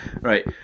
Right